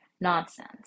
nonsense